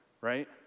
right